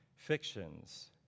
fictions